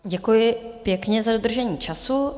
Děkuji pěkně za dodržení času.